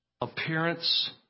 appearance